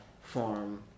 form